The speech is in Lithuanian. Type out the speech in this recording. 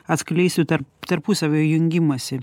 atskleisiu tarp tarpusavio jungimąsi